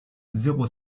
zéro